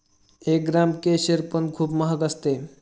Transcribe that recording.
एक ग्राम केशर पण खूप महाग असते